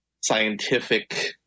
scientific